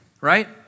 Right